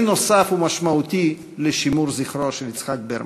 נוסף ומשמעותי לשימור זכרו של יצחק ברמן.